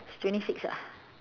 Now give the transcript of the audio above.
he's twenty six ah